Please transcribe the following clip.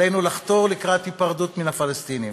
עלינו לחתור לקראת היפרדות מן הפלסטינים.